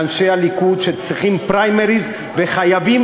לאנשי הליכוד שצריכים פריימריז וחייבים